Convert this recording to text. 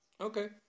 Okay